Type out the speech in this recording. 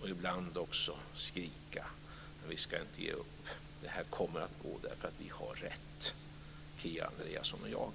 och ibland också skrika. Vi ska inte ge upp. Det här kommer att gå därför att vi har rätt, Kia Andreasson och jag.